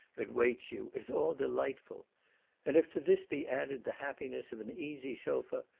that waits you, is all delightful and if to this be added the happiness of an easy sofa,